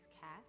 Cat